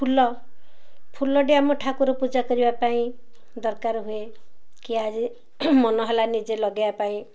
ଫୁଲ ଫୁଲଟି ଆମ ଠାକୁର ପୂଜା କରିବା ପାଇଁ ଦରକାର ହୁଏ କି ଆଜି ମନ ହେଲା ନିଜେ ଲଗାଇବା ପାଇଁ